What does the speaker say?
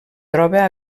troba